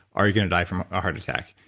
are you gonna die from a heart attack.